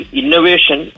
innovation